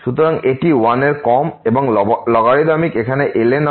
সুতরাং এটি 1 এর কম এবং লগারিদমিক এখানে ln